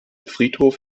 friedhof